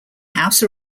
house